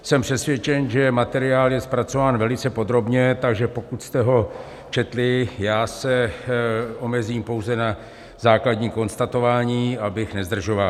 Jsem přesvědčen, že materiál je zpracován velice podrobně, takže pokud jste ho četli, omezím se pouze na základní konstatování, abych nezdržoval.